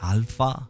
Alpha